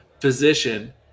physician